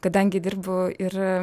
kadangi dirbu ir